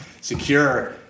secure